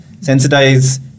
sensitize